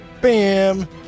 bam